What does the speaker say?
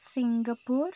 Singapore